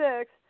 six